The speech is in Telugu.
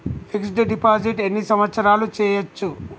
ఫిక్స్ డ్ డిపాజిట్ ఎన్ని సంవత్సరాలు చేయచ్చు?